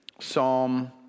Psalm